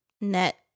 net